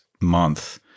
month